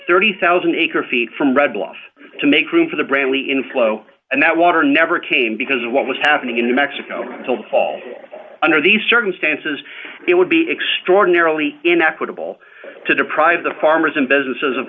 thirty thousand acre feet from red bluff to make room for the bramley inflow and that water never came because of what was happening in new mexico until the fall under these circumstances it would be extraordinarily inequitable to deprive the farmers and businesses of